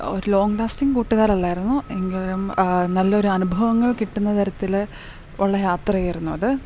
ഒരു long lasting കൂട്ടുകാർ അല്ലായിരുന്നു എങ്കിലും നല്ലൊരു അനുഭവങ്ങൾ കിട്ടുന്ന തരത്തിൽ ഉള്ള യാത്രയായിരുന്നു അത്